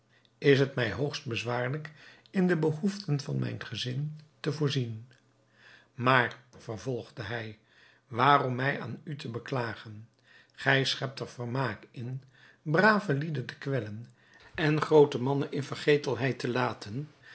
is het mij hoogst bezwaarlijk in de behoeften van mijn gezin te voorzien maar vervolgde hij waarom mij aan u te beklagen gij schept er vermaak in brave lieden te kwellen en groote mannen in vergetelheid te laten